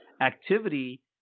activity